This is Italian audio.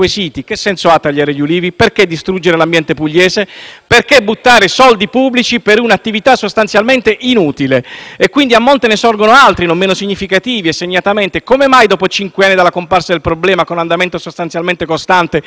Perché buttare soldi pubblici per un'attività sostanzialmente inutile? E quindi, a monte, ne sorgono altri non meno significativi, e segnatamente: come mai, dopo cinque anni dalla comparsa del problema, con andamento sostanzialmente costante, solo l'1,8 per cento degli olivi risulta oggi infetto dal batterio?